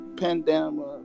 pandemic